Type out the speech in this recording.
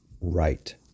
right